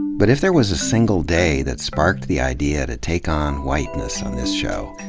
but if there was a single day that sparked the idea to take on whiteness on this show,